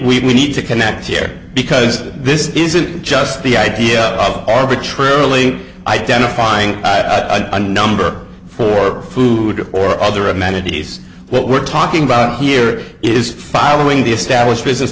need to connect here because this isn't just the idea of arbitrarily identifying i'd number for food or other amenities what we're talking about here is following the established business